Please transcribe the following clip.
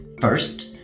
First